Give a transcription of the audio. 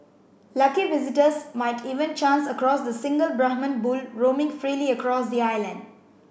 lucky visitors might even chance across the single Brahman bull roaming freely across the island